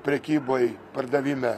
prekyboj pardavime